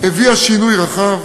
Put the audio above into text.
הביאה שינוי רחב,